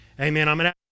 Amen